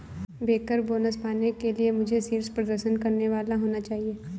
banker bonus पाने के लिए मुझे शीर्ष प्रदर्शन करने वाला होना चाहिए